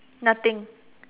nothing